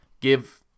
give